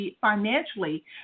financially